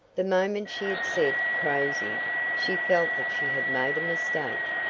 the moment she had said crazy she felt that she had made a mistake.